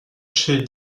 chez